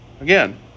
Again